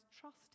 trust